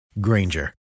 Granger